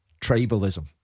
tribalism